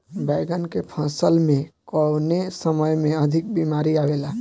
बैगन के फसल में कवने समय में अधिक बीमारी आवेला?